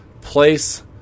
place